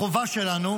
החובה שלנו,